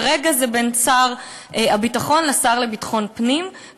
כרגע זה בין שר הביטחון לבין השר לביטחון הפנים,